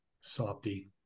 Softy